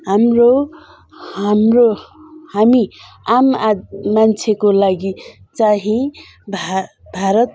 हाम्रो हाम्रो हामी आम आद मान्छेको लागि चाहिँ भार भारत